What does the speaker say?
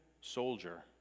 soldier